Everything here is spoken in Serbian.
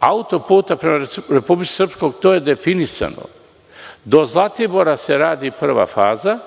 autoputa prema Republici Srpskoj, to je definisano. Do Zlatibora se radi prva faza,